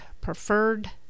preferred